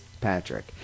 Patrick